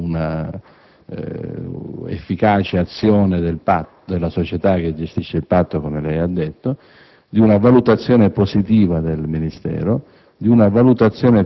di una pratica fondata su un'efficace azione della società che gestisce il Patto, come lei ha detto,